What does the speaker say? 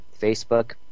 Facebook